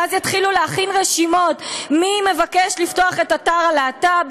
ואז יתחילו להכין רשימות: מי מבקש לפתוח את אגודת הלהט"ב,